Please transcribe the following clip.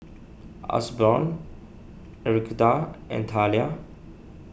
Osborne Enriqueta and Talia